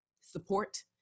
support